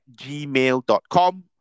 gmail.com